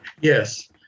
Yes